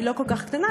היא לא כל כך קטנה,